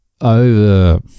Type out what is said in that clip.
Over